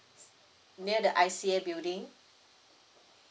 near the I_C_A building